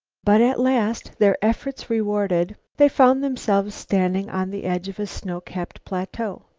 but at last, their efforts rewarded, they found themselves standing on the edge of a snow-capped plateau.